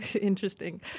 interesting